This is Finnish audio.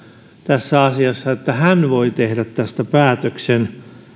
tässä asiassa tällaisen vallan että hän voi tehdä tästä päätöksen